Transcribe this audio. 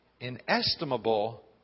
inestimable